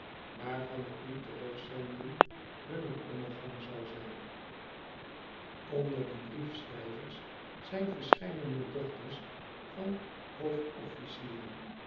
waarvan het niet terugzenden hun ondergang zou zijn onder die briefschrijvers zijn verscheidene dochters van